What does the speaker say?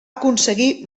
aconseguir